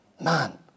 Man